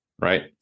Right